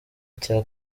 cya